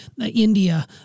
India